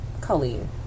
Colleen